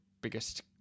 biggest